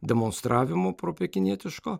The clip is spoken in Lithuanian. demonstravimu propekinietiško